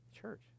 Church